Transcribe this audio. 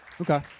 Okay